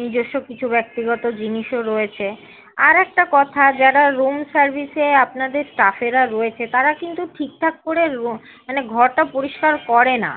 নিজস্ব কিছু ব্যক্তিগত জিনিসও রয়েছে আরেকটা কথা যারা রুম সার্ভিসে আপনাদের স্টাফেরা রয়েছে তারা কিন্তু ঠিকঠাক করে মানে ঘরটা পরিষ্কার করে না